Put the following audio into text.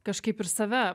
kažkaip ir save